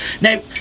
Now